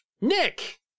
Nick